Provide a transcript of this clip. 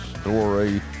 story